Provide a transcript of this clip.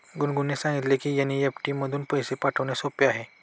गुनगुनने सांगितले की एन.ई.एफ.टी मधून पैसे पाठवणे सोपे आहे